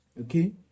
Okay